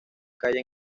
calle